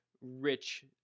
rich